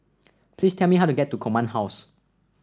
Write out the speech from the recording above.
please tell me how to get to Command House